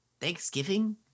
Thanksgiving